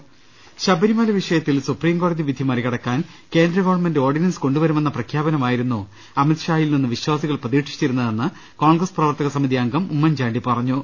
്്്്്്്് ശബരിമല വിഷയത്തിൽ സുപ്രീംകോടതി വിധി മറികടക്കാൻ കേന്ദ്ര ഗവൺമെന്റ് ഓർഡിനൻസ് കൊണ്ടുവരുമെന്ന പ്രഖ്യാപനമായിരുന്നു അമിത്ഷാ യിൽ നിന്ന് വിശ്വാസികൾ പ്രതീക്ഷിച്ചിരുന്നതെന്ന് കോൺഗ്രസ് പ്രവർത്തകസ മിതി അംഗം ഉമ്മൻചാണ്ടി പറഞ്ഞു